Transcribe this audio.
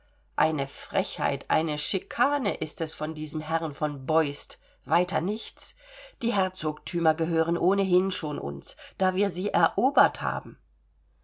eine frechheit eine chicane ist es von diesem herrn von beust weiter nichts die herzogtümer gehören ohnehin schon uns da wir sie erobert haben